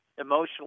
emotionally